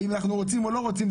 אם אנחנו רוצים או לא רוצים,